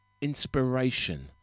inspiration